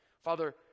Father